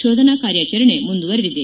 ಕೋಧನಾ ಕಾರ್ಯಾಚರಣೆ ಮುಂದುವರೆದಿದೆ